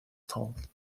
told